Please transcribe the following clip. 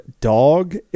dog